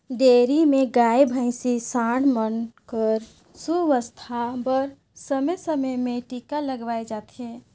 dairy में गाय, भइसी, सांड मन कर सुवास्थ बर समे समे में टीका लगवाए जाथे